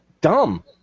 dumb